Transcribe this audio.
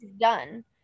Done